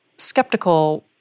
skeptical